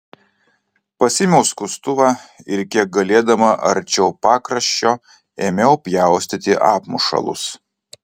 pasiėmiau skustuvą ir kiek galėdama arčiau pakraščio ėmiau pjaustyti apmušalus